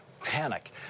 Panic